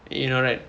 you know right